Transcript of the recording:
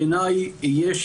בעיניי יש